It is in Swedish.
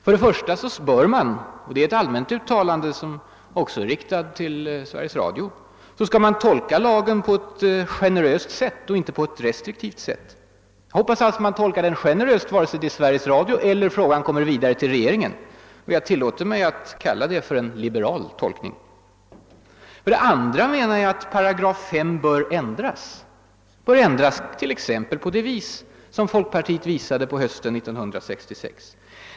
För det första bör man — och det är ett allmänt uttalande som också är riktat till Sveriges Radio — tolka lagen på ett generöst sätt och inte på ett restriktivt sätt. Jag tillåter mig att kalla detta för en liberal tolkning. För det andra menar jag att 5 § bör ändras, t.ex. på det sätt som folkpartiet föreslog hösten 1966.